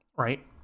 Right